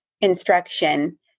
instruction